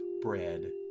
bread